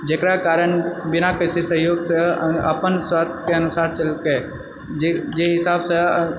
जेकरा कारण बिना किसी सहयोगसँ अपन शर्तके अनुसार चलेलकै जे जे हिसाबसँ